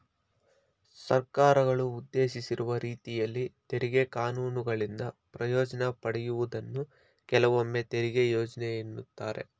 ಸರ್ಕಾರಗಳು ಉದ್ದೇಶಿಸಿರುವ ರೀತಿಯಲ್ಲಿ ತೆರಿಗೆ ಕಾನೂನುಗಳಿಂದ ಪ್ರಯೋಜ್ನ ಪಡೆಯುವುದನ್ನ ಕೆಲವೊಮ್ಮೆತೆರಿಗೆ ಯೋಜ್ನೆ ಎನ್ನುತ್ತಾರೆ